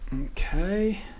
Okay